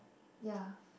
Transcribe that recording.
ya